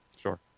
Sure